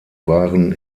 waren